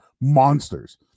monsters